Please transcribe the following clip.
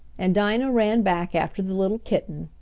and dinah ran back after the little kitten.